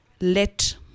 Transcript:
let